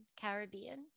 Caribbean